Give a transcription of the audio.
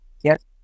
Yes